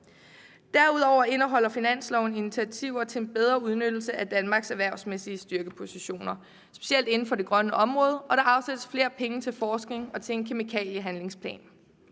Derudover indeholder finansloven initiativer til en bedre udnyttelse af Danmarks erhvervsmæssige styrkepositioner, specielt inden for det grønne område, og der afsættes flere penge til forskning og en kemikaliehandlingsplan.